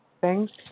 thanks